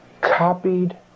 copied